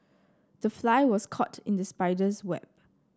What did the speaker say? the fly was caught in the spider's web